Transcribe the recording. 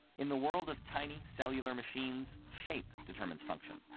in the world of tiny cellular machines, shape determines function.